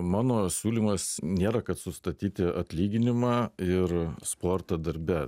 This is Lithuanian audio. mano siūlymas nėra kad sustatyti atlyginimą ir sportą darbe